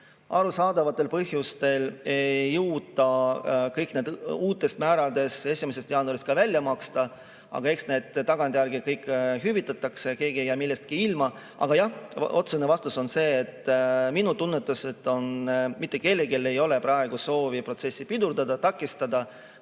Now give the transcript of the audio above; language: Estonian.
Arusaadavatel põhjustel ei jõuta kõiki neid uutes määrades 1. jaanuarist veel välja maksta, aga eks need tagantjärele hüvitatakse, keegi ei jää millestki ilma. Aga jah, otsene vastus on see: minu tunnetus on selline, et mitte kellelgi ei ole praegu soovi protsessi pidurdada, takistada